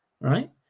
right